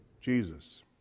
Jesus